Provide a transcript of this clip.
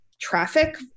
traffic